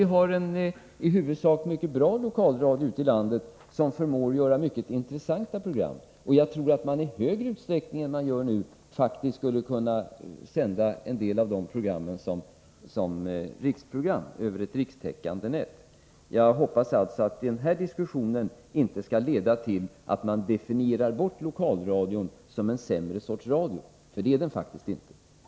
Vi har en i huvudsak mycket bra lokalradio ute i landet, som förmår göra mycket intressanta program. Jag tror att man i högre grad än nu faktiskt skulle kunna sända en del av de programmen som riksradioprogram över ett rikstäckande nät. Jag hoppas att denna diskussion inte skall leda till att man definierar bort Lokalradion som en sämre sorts radio. Det är den faktiskt inte.